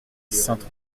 sainte